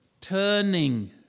turning